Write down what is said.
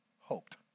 hoped